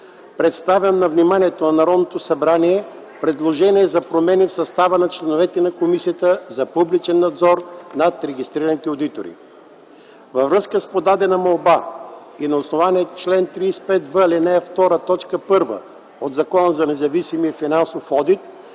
представям на вниманието на Народното събрание предложение за промени в състава на членовете на Комисията за публичен надзор над регистрираните одитори. Във връзка с подадена молба и на основание чл. 35в, ал. 2, т. 1 от Закона за независимия финансов одит